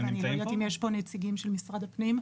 ואני לא יודעת אם יש פה נציגים של משרד הפנים.